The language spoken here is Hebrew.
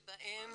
נכון.